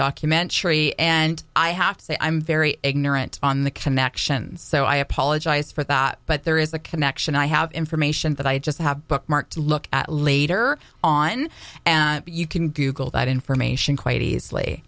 documentary and i have to say i'm very ignorant on the connections so i apologize for that but there is a connection i have information that i just have bookmarked look at later on and you can google that information quite easily